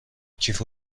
کیف